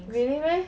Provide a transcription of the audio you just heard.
really meh